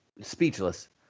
Speechless